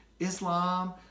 Islam